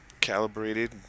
calibrated